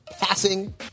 passing